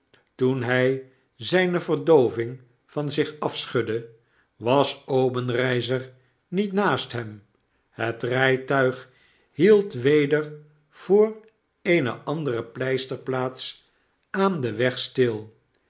toen by zyne verdooving van zich afschudde was obenreizer niet naast hem het rytuig hield weder voor eene andere pleisterplaats aan den weg stil